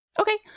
Okay